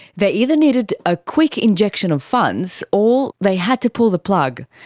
they either needed a quick injection of funds, or they had to pull the plug.